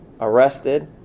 arrested